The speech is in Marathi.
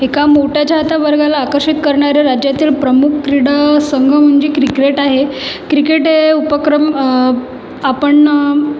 एका मोठ्या चाहता वर्गाला आकर्षित करणारं राज्यातील प्रमुख क्रीडा संघ म्हणजे क्रिक्रेट आहे क्रिकेट हे उपक्रम आपण